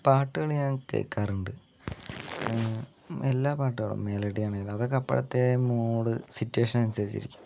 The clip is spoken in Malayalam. പാട്ടുകൾ ഞാൻ കേൾക്കാറുണ്ട് എല്ലാ പാട്ടുകളും മെലഡി ആണേലും അതൊക്കെ അപ്പോഴത്തെ മൂഡ് സിറ്റുവേഷൻ അനുസരിച്ചിരിക്കും